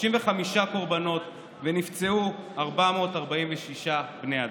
ונפצעו 446 בני אדם.